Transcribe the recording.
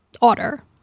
order